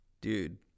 dude